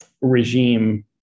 regime